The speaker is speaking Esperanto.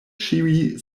ĉiuj